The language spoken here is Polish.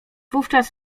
wówczas